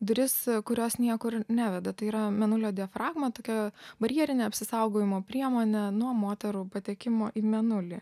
duris kurios niekur neveda tai yra mėnulio diafragma tokia barjerinė apsisaugojimo priemonė nuo moterų patekimo į mėnulį